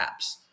apps